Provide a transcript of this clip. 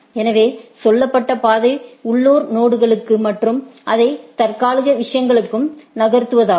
எனவே சொல்லப்பட்ட பாதை உள்ளூர் நொடுக்கு மற்றும் அதை தற்காலிக விஷயங்களுக்கு நகர்த்தவும்